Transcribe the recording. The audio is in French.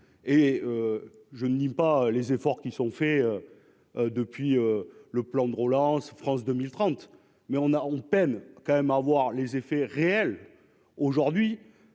et je ne lis pas les efforts qui sont faits depuis le plan de relance, France 2030, mais on a, on peine quand même avoir les effets réels aujourd'hui